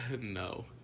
No